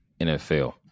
NFL